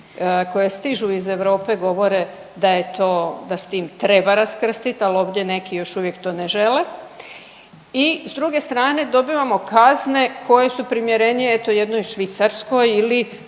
koje stižu iz Europe govore da je to, da s tim treba raskrstiti ali ovdje neki još uvijek to ne žele. I s druge strane dobivamo kazne koje su primjerenije eto jedno Švicarskoj ili